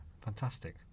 fantastic